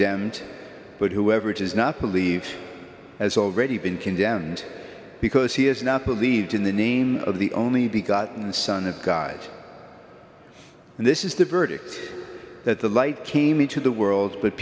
d but whoever does not believe has already been condemned because he has not believed in the name of the only be gotten son of god and this is the verdict that the light came into the world but